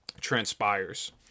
transpires